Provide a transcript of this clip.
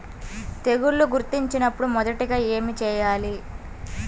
తెగుళ్లు గుర్తించినపుడు మొదటిగా ఏమి చేయాలి?